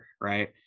right